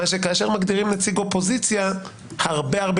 מה שכאשר מגדירים נציג אופוזיציה הרבה הרבה